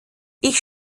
ich